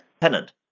tenant